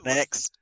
Next